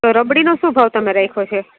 તો રબડીનો શું ભાવ તમે રાખ્યો છે